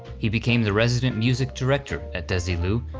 he became the resident music director at desilu,